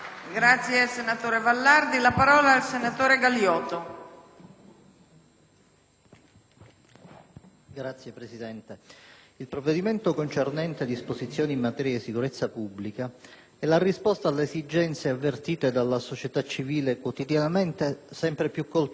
colleghi. il provvedimento concernente disposizioni in materia di sicurezza pubblica è la risposta alle esigenze avvertite dalla società civile, quotidianamente sempre più colpita da atti di criminalità di varia natura, in special modo tra gli strati sociali più poveri.